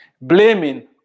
Blaming